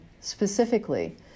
specifically